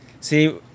See